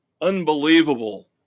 unbelievable